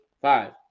five